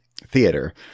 theater